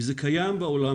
אם זה קיים בעולם,